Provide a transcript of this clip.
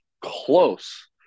close